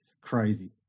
crazy